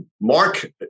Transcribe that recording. Mark